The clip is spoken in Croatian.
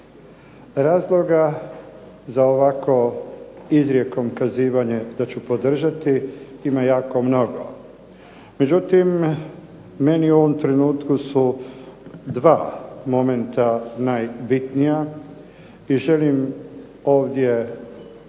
Razloga za ovako izrijekom kazivanje da ću podržati ima jako mnogo. Međutim, meni u ovom trenutku su dva momenta najbitnija i želim ovdje ponoviti